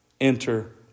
Enter